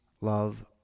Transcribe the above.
love